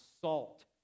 salt